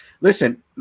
listen